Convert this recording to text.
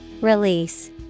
Release